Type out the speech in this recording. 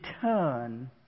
turn